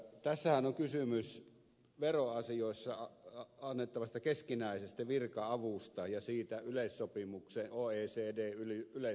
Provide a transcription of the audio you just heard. tässähän on kysymys veroasioissa annettavasta keskinäisestä virka avusta ja siitä oecdn yleissopimuksen no ei se edes ole